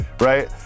right